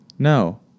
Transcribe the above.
No